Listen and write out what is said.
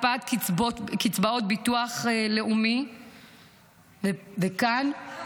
הקפאת קצבאות ביטוח לאומי --- זה בוטל,